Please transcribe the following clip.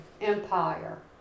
Empire